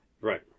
Right